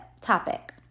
topic